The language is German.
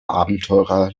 abenteurer